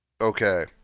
Okay